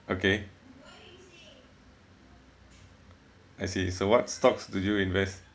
okay I see so what stocks did you invest